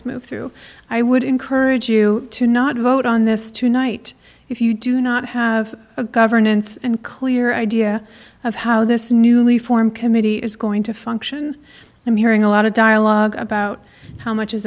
trance moved through i would encourage you to not vote on this tonight if you do not have a governance and clear idea of how this newly formed committee is going to function i'm hearing a lot of dialogue about how much is